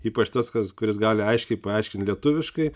ypač tas kas kuris gali aiškiai paaiškint lietuviškai